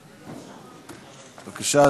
בבקשה,